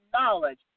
knowledge